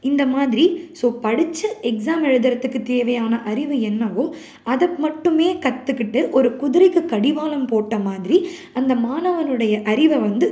இந்த மாதிரி ஸோ படித்து எக்ஸாம் எழுதுகிறதுக்கு தேவையான அறிவு என்னவோ அதை மட்டும் கற்றுக்கிட்டு ஒரு குதிரைக்கு கடிவாளம் போட்ட மாதிரி அந்த மாணவனுடைய அறிவை வந்து